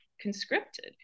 conscripted